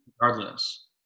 regardless